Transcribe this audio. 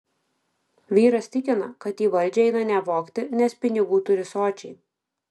vyras tikina kad į valdžią eina ne vogti nes pinigų turi sočiai